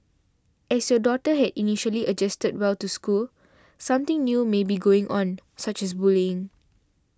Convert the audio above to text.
as your daughter had initially adjusted well to school something new may be going on such as bullying